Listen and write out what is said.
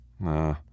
Nah